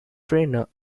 trainer